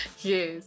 Yes